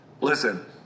Listen